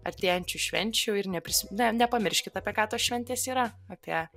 artėjančių švenčių ir nepris ne nepamirškit apie ką tos šventės yra apie